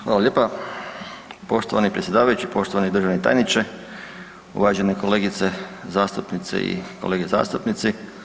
Hvala lijepa poštovani predsjedavajući, poštovani državni tajniče, uvažene kolegice zastupnice i kolege zastupnici.